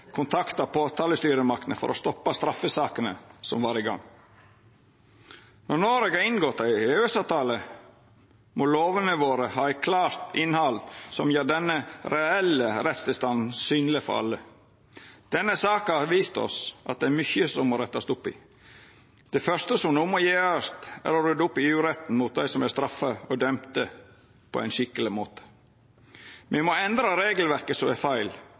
kontakta påtalestyresmaktene for å stoppa straffesakene som var i gang. Når Noreg har inngått ein EØS-avtale, må lovene våre ha eit klart innhald som gjer den reelle rettstilstanden synleg for alle. Denne saka har vist oss at det er mykje som må rettast opp i. Det fyrste som no må gjerast, er å rydda opp i uretten mot dei som er straffa og dømde, på ein skikkeleg måte. Me må endra regelverket som er feil.